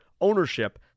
ownership